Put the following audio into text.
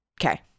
Okay